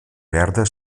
verda